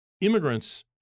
immigrants